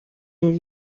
est